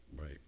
Right